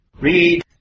Read